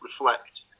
reflect